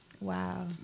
Wow